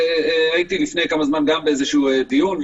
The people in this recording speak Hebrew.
לפני כמה זמן הייתי באיזשהו דיון.